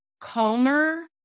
calmer